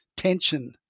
tension